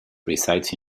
resides